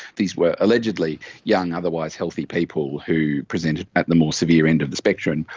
these were allegedly young otherwise healthy people who presented at the more severe end of the spectrum,